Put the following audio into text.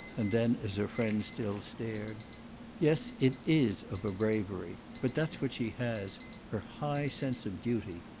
and then as her friend still stared yes, it is of a bravery but that's what she has her high sense of duty.